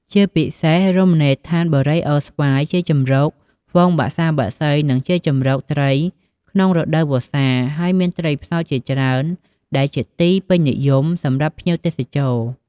ជាពិសេសរមណីដ្ឋានបូរីអូរស្វាយ ជាជម្រកហ្វូងបក្សាបក្សី និង ជាជម្រកត្រីក្នុងរដូវវស្សា ហើយមានត្រីផ្សោតជាច្រើន ដែលជាទីពេញនិយមសម្រាប់ភ្ញៀវទេសចរ។